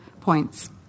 points